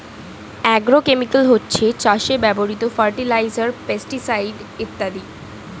agrochemical হচ্ছে চাষে ব্যবহৃত ফার্টিলাইজার, পেস্টিসাইড ইত্যাদি